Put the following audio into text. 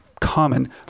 common